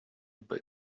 but